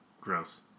gross